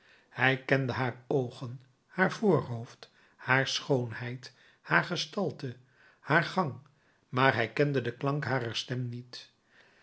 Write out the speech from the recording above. hij kende haar oogen haar voorhoofd haar schoonheid haar gestalte haar gang maar hij kende den klank harer stem niet